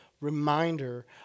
reminder